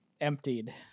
emptied